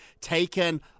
taken